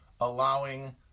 allowing